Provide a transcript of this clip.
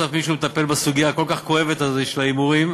שסוף-סוף מישהו מטפל בסוגיה הכל-כך כואבת הזאת של ההימורים,